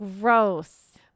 gross